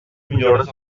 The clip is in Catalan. millores